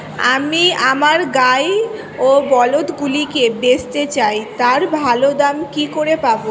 আমি আমার গাই ও বলদগুলিকে বেঁচতে চাই, তার ভালো দাম কি করে পাবো?